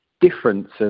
difference